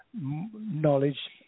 knowledge